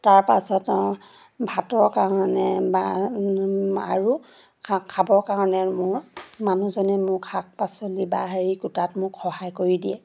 তাৰ পাছত আৰু ভাতৰ কাৰণে বা আৰু খাবৰ কাৰণে মোৰ মানুহজনে মোক শাক পাচলি বা হেৰি কুটাত মোক সহায় কৰি দিয়ে